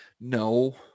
No